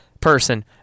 person